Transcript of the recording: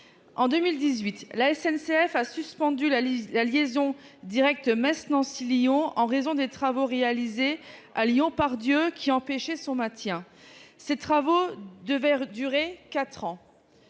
En 2018, la SNCF a suspendu la liaison directe Metz-Nancy-Lyon en raison des travaux réalisés à Lyon-Part-Dieu, qui empêchaient son maintien. Ces travaux devaient durer quatre